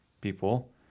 people